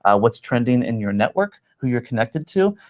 ah what's trending in your network, who you're connected to.